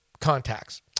contacts